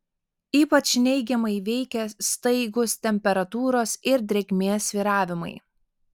ypač neigiamai veikia staigūs temperatūros ir drėgmės svyravimai